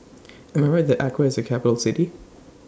Am I Right that Accra IS A Capital City